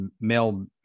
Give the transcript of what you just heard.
male